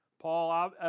Paul